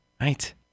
right